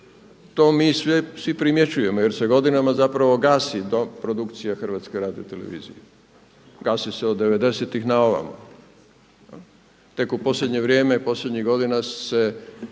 To mi svi sve primjećujemo jer se godinama zapravo gasi produkcija HRT-a, gasi se od '90.-tih na ovamo. Tek u posljednje vrijeme posljednjih godina se